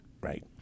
right